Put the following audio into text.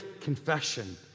confession